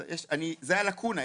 זה הלקונה,